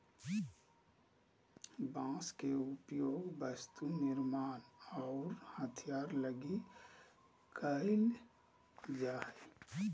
बांस के उपयोग वस्तु निर्मान आऊ हथियार लगी कईल जा हइ